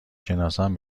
شناسم